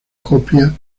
copias